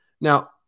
Now